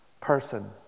person